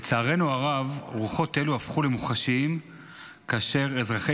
לצערנו הרב רוחות אלו הפכו למוחשיות כאשר אזרחי